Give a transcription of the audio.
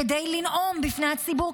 כדי לנאום בפני הציבור,